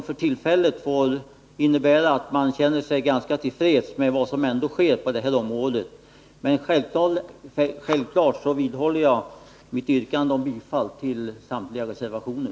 För tillfället får man väl därför känna sig ganska till freds med vad som ändå sker. Men självfallet vidhåller jag mitt yrkande om bifall till samtliga reservationer.